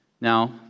Now